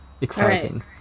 Exciting